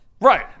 right